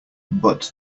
but